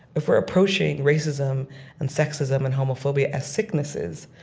if we're approaching racism and sexism and homophobia as sicknesses,